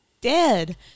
dead